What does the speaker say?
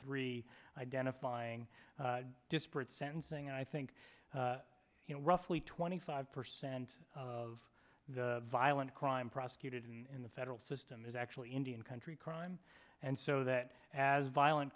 three identifying disparate sentencing and i think you know roughly twenty five percent of the violent crime prosecuted in the federal system is actually indian country crime and so that as violent